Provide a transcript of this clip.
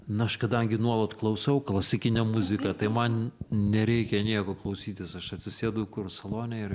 na aš kadangi nuolat klausau klasikinę muziką tai man nereikia nieko klausytis aš atsisėdu kur salone ir